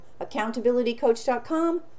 accountabilitycoach.com